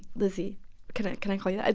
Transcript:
lizzie can can i call you that?